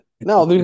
No